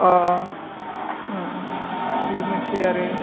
अह उम उम उम बेबो मोनसे आरो